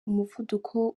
umuvuduko